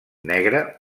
negre